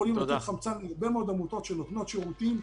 אורלי, מסכנים השרים.